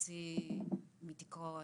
הוציא מתיקו,